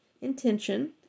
intention